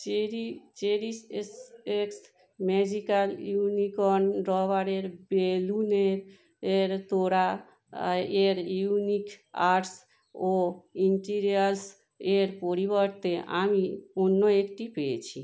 cherry cherish S X magical unicorn রবারের বেলুনের এর তোড়া এর ইউনিক আর্টস ও ইন্টিরিয়াস এর পরিবর্তে আমি অন্য একটি পেয়েছি